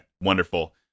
wonderful